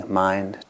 mind